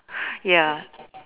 ya